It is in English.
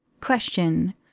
Question